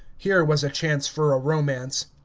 here was a chance for a romance.